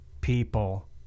people